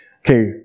Okay